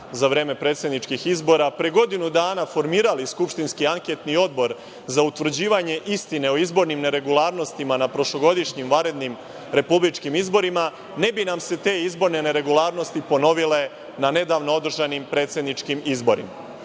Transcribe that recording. za vreme predsedničkih izbora, pre godinu dana formirali skupštinski anketni odbor za utvrđivanje istine o izbornim neregluarnostima na prošlogodišnjim vanrednim republičkim izborima, ne bi nam se te izborne neregluarnosti ponovile na nedavno održanim predsedničkim izborima. Dakle,